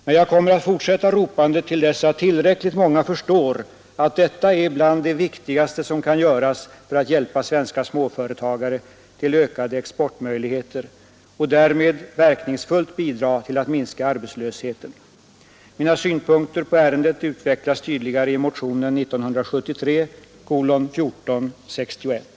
Men jag kommer att fortsätta ropandet till dess att tillräckligt många förstår att detta är bland det viktigaste som kan göras för att hjälpa svenska småföretagare till ökade exportmöjligheter och därmed verkningsfullt bidra till att minska arbetslösheten. Mina synpunkter på detta ärende utvecklas tydligare i motionen 1461.